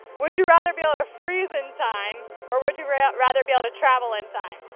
would you rather be able to freeze in time or would you rather rather be able to travel in time?